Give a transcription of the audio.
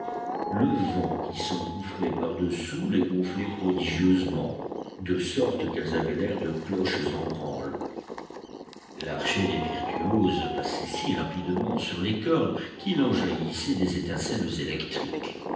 le vent qui s'engouffrait par-dessous les gonflait prodigieusement de sorte qu'elles avaient l'air de cloches en branle l'archet des virtuoses passait si rapidement sur les cordes qu'il en jaillissait des étincelles électriques